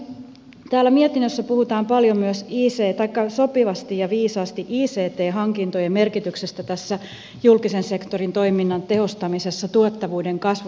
täällä mietinnössä puhutaan sopivasti ja viisaasti ict hankintojen merkityksestä tässä julkisen sektorin toiminnan tehostamisessa tuottavuuden kasvattamisessa